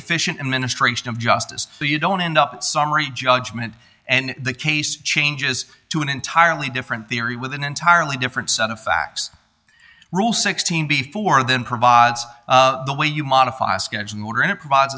efficient administration of justice so you don't end up summary judgment and the case changes to an entirely different theory with an entirely different set of facts rule sixteen before then provides the way you modify a schedule in order and it provides